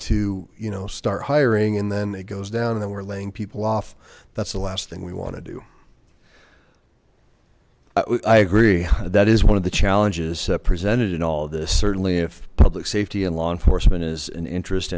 to you know start hiring and then it goes down and we're laying people off that's the last thing we want to do i agree that is one of the challenges presented in all this certainly if public safety and law enforcement is an interest